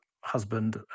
husband